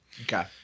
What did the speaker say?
Okay